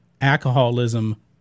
alcoholism